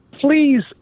please